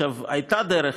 הייתה דרך,